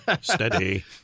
Steady